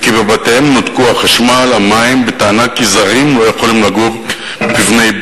וכי בבתיהם נותקו החשמל והמים בטענה כי "זרים לא יכולים לגור בבני-ברק".